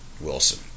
Wilson